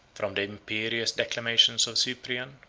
from the imperious declamations of cyprian,